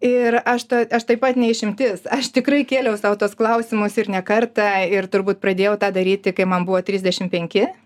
ir aš ta aš taip pat ne išimtis aš tikrai kėliau sau tuos klausimus ir ne kartą ir turbūt pradėjau tą daryti kai man buvo trisdešim penki